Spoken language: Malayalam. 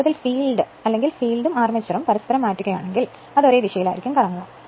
യഥാർത്ഥത്തിൽ ഫീൽഡ് അല്ലെങ്കിൽ ഫീൽഡും ആർമേച്ചറും പരസ്പരം മാറ്റുകയാണെങ്കിൽ അത് ഒരേ ദിശയിൽ കറങ്ങും